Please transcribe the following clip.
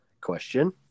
Question